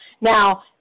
Now